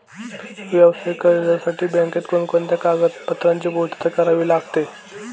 व्यावसायिक कर्जासाठी बँकेत कोणकोणत्या कागदपत्रांची पूर्तता करावी लागते?